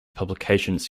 publications